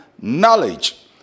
Knowledge